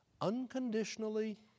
unconditionally